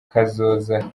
kazoza